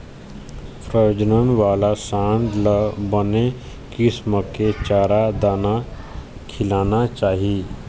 प्रजनन वाला सांड ल बने किसम के चारा, दाना खिलाना चाही